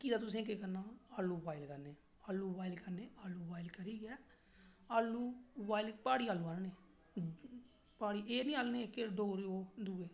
कियां तुसें केह् करना आलू बुआइल करने आलू बुआइल करने आलू बुआइल करियै आलू बुआइल आलू आनने पहाड़ी केह् नेईं ओह् नेईं दूए